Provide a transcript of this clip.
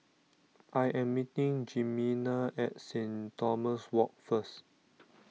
I am meeting Jimena at Saint Thomas Walk first